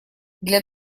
для